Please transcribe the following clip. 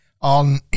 On